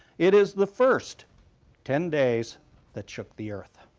it is the first ten days that shook the earth.